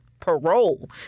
Parole